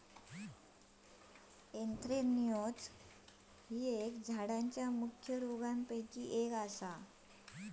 anthracnose ही झाडांच्या मुख्य रोगांपैकी एक हा